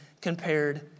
compared